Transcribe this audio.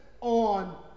on